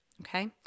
Okay